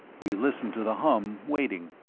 we listened to the hum, waiting.